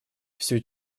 все